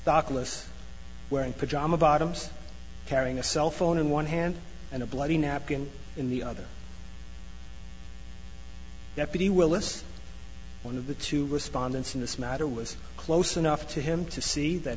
doc less wearing pajama bottoms carrying a cellphone in one hand and a bloody napkin in the other deputy willis one of the two respondents in this matter was close enough to him to see that